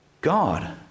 God